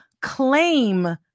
claim